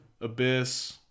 abyss